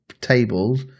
tables